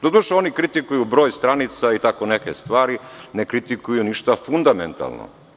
Doduše, oni kritikuju broj stranica i tako neke stvari, ne kritikuju ništa fundamentalno.